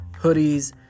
hoodies